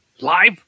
Live